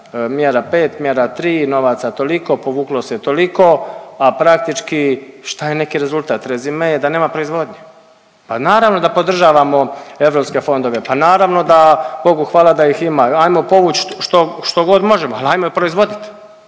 mjera 5, mjera 3, novaca toliko, povuklo se toliko, a praktički šta je neki rezultat? Rezime je da nema proizvodnje, a naravno da podržavamo europske fondove, pa naravno da bogu hvala da ih ima. Hajmo povući što god možemo, ali hajmo proizvoditi.